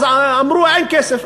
אז אמרו שאין כסף.